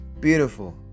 beautiful